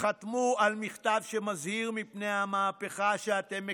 חתמו על מכתב שמזהיר מפני המהפכה שאתם מקדמים,